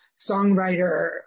songwriter